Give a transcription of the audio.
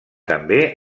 també